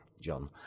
John